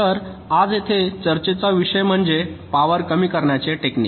तर आज येथे चर्चेचा विषय म्हणजे पॉवर कमी करण्याचे टेक्निक